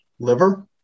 Liver